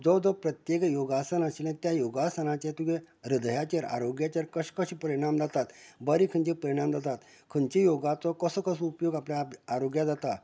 जो जो प्रत्येक योगासन आशिल्लें तें योगासनांचे तुंगे ह्रदयांचेर आरोग्याचेर कश कश परिणाम जातात बरें खंयचे परिणाम जाता खंयचे योगाचो कसो कसो उपयोग आपल्याक आरोग्यांक जाता